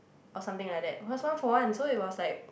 or something like that was one for one so it was like